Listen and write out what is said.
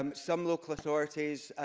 um some local authorities,